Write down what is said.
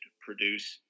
produce